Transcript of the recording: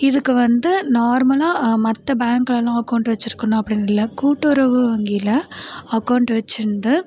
இதுக்கு வந்து நார்மலா மற்ற பேங்க்லலாம் அக்கௌண்ட் வச்சிருக்கணும் அப்படின்னு இல்லை கூட்டுறவு வங்கியில் அக்கௌண்ட் வச்சிருந்து